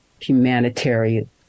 humanitarian